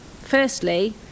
Firstly